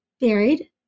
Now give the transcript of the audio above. buried